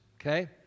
okay